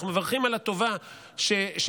אנחנו מברכים על הטובה כשמגישים,